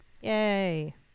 Yay